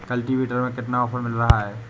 Cultivator में कितना offer मिल रहा है?